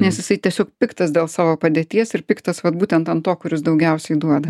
nes jisai tiesiog piktas dėl savo padėties ir piktas vat būtent ant to kuris daugiausiai duoda